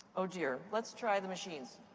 oh, dear, let's try the machines.